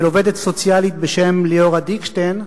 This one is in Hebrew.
של עובדת סוציאלית בשם ליאורה דיקשטיין,